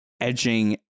edging